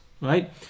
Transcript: right